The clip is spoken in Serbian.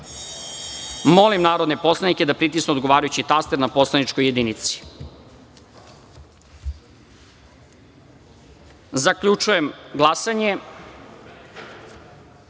narodne poslanike da pritisnu odgovarajući taster na poslaničkoj jedinici. Zaključujem glasanje: